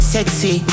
Sexy